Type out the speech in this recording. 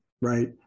right